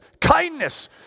kindness